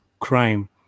crime